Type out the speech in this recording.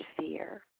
fear